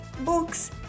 books